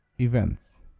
events